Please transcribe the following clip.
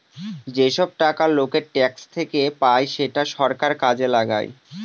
যেসব টাকা লোকের ট্যাক্স থেকে পায় সেটা সরকার কাজে লাগায়